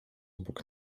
obok